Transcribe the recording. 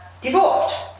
divorced